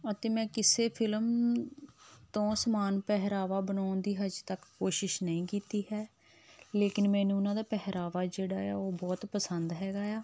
ਅਤੇ ਮੈਂ ਕਿਸੇ ਫਿਲਮ ਤੋਂ ਸਮਾਨ ਪਹਿਰਾਵਾ ਬਣਾਉਣ ਦੀ ਹਾਲੇ ਤੱਕ ਕੋਸ਼ਿਸ਼ ਨਹੀਂ ਕੀਤੀ ਹੈ ਲੇਕਿਨ ਮੈਨੂੰ ਉਹਨਾਂ ਦਾ ਪਹਿਰਾਵਾ ਜਿਹੜਾ ਆ ਉਹ ਬਹੁਤ ਪਸੰਦ ਹੈਗਾ ਆ